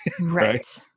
Right